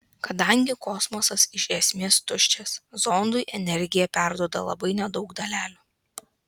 kadangi kosmosas iš esmės tuščias zondui energiją perduoda labai nedaug dalelių